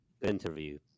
interview